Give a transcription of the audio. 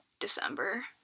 December